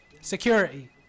Security